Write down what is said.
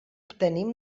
obtenim